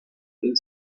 plaine